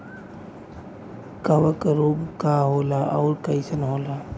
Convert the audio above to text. कवक रोग का होला अउर कईसन होला?